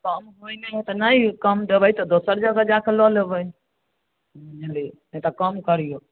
कम ओहिमे नहि हेतै तऽ नहि कम देबै तऽ दोसर जगह जा कऽ लऽ लेबै बुझली नहि तऽ कम करियौ